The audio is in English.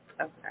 Okay